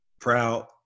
Proud